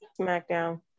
SmackDown